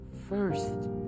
first